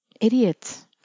idiot